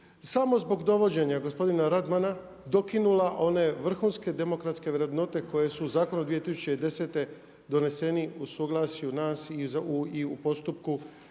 samo zbog dovođenja gospodina Radmana dokinula one vrhunske demokratske vrednote koje su u zakonu 2010. doneseni u suglasju nas i u postupku